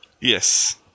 Yes